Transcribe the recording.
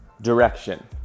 direction